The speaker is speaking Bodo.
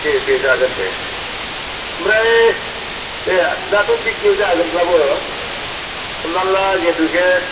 दे दे जागोन दे आमफ्राय बे दाथ' बेखिनियाव जागोनब्लाबो हमना ला जेथु जे